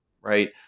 right